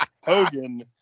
Hogan